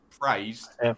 praised